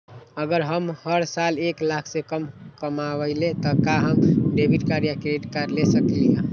अगर हम हर साल एक लाख से कम कमावईले त का हम डेबिट कार्ड या क्रेडिट कार्ड ले सकीला?